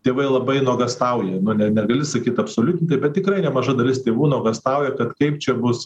tėvai labai nuogąstauja ne negali sakyt absoliutintai bet tikrai nemaža dalis tėvų nuogąstauja kad kaip čia bus